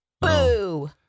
Boo